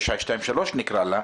נקרא לה,